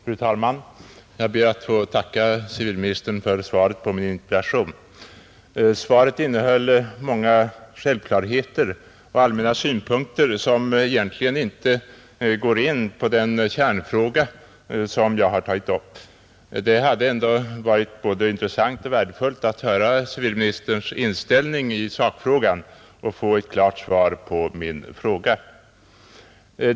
Fru talman! Jag ber att få tacka civilministern för svaret på min interpellation. Svaret innehöll många självklarheter och allmänna synpunkter, som egentligen inte går in på den kärnfråga som jag har tagit upp. Det hade ändå varit både intressant och värdefullt att få höra civilministerns inställning i sakfrågan och få ett klart besked där.